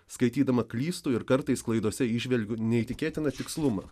skaitydama klystu ir kartais klaidose įžvelgiu neįtikėtiną tikslumą